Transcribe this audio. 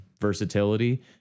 versatility